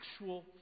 actual